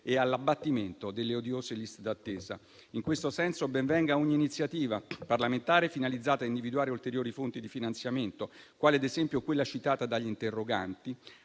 e all'abbattimento delle odiose liste d'attesa. In questo senso ben venga ogni iniziativa parlamentare finalizzata a individuare ulteriori fonti di finanziamento, quale ad esempio quella citata dagli interroganti,